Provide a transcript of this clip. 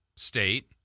state